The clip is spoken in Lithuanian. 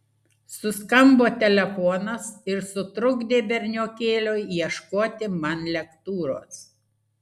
suskambo telefonas ir sutrukdė berniokėliui ieškoti man lektūros